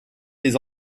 les